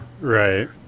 Right